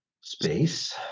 Space